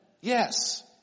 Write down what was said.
yes